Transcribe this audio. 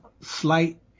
slight